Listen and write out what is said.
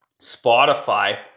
Spotify